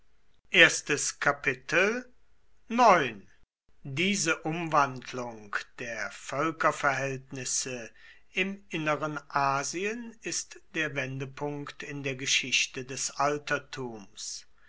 diese umwandlung der völkerverhältnisse im inneren asien ist der wendepunkt in der geschichte des altertums